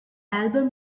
album